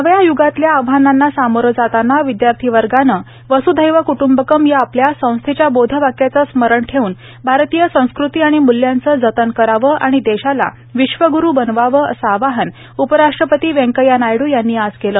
नव्या य्गातल्या आव्हानांना सामोरं जाताना विद्यार्थी वर्गान वस्धैव क्टंबकम या आपल्या संस्थेच्या बोधवाक्याचे स्मरण ठेवून आरतीय संस्कृती आणि मुल्यांचे जतन करावं आणि देशाला विश्वगुरू बनवावं असं आवाहन उपराष्ट्रपती व्यंकय्या नायडू यांनी आज केलं